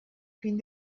fin